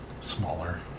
smaller